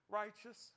righteous